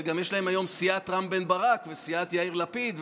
וגם יש להם היום סיעת רם בן ברק וסיעת יאיר לפיד,